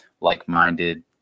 like-minded